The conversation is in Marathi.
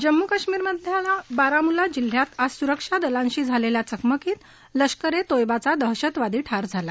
जम्मू कश्मीरमधल्या बारामुल्ला जिल्ह्यात आज सुरक्षा दलाशी झालेल्या चकमकीत लष्कर ए तोयबाचा दहशतवादी ठार झाला